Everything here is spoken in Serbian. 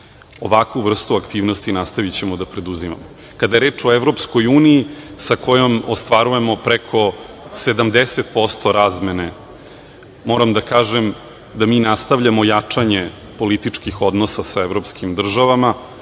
Ovakvu vrstu aktivnosti nastavićemo da preduzimamo. Kada je reč o EU sa kojom ostvarujemo preko 70% razmene, moram da kažem da mi nastavljamo jačanje političkih odnosa sa državama.